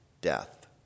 death